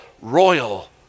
royal